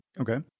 Okay